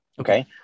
okay